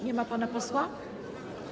Nie ma pana posła?